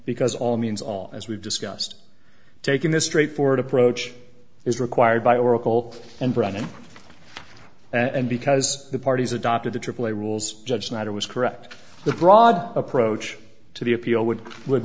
because all means all as we've discussed taken this straightforward approach is required by oracle and brennan and because the parties adopted the aaa rules judge snyder was correct the broad approach to the appeal would